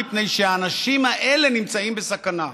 מפני שהאנשים האלה נמצאים בסכנה.